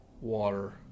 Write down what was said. water